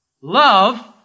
Love